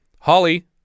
Holly